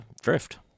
drift